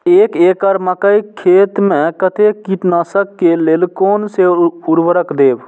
एक एकड़ मकई खेत में कते कीटनाशक के लेल कोन से उर्वरक देव?